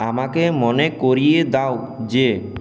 আমাকে মনে করিয়ে দাও যে